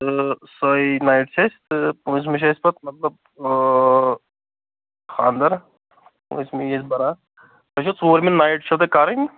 تہٕ سۄے نایِٹ چھےٚ اَسہِ تہٕ پوٗنٛژمہِ چھِ اَسہِ پَتہٕ مطلب خاندَر پوٗنٛژمہِ یی اَسہِ بَرات تۄہہِ چھو ژوٗرمہِ نایِٹ چھو تۄہہِ کَرٕنۍ